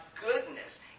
goodness